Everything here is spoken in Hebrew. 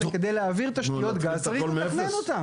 כדי להעביר תשתיות גז צריך לתכנן אותן.